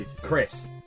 Chris